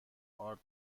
آرد